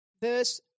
verse